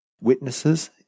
witnesses